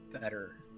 better